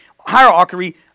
hierarchy